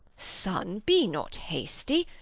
son, be not hasty,